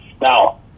Now